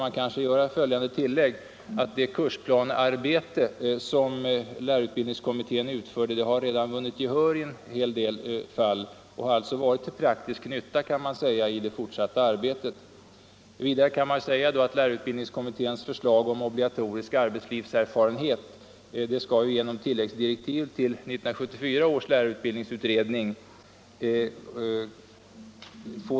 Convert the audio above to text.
Men då skall man göra följande tillägg: Det kursplanearbete som lärarutbildningskommittén utförde har redan i en hel del fall vunnit gehör och alltså, kan man säga, varit till praktisk nytta i det fortsatta arbetet. Vidare skall lärarutbildningskommitténs förslag om obligatorisk arbetslivserfarenhet genom tilläggsdirektiv prövas av 1974 års lärarutbildningsutredning.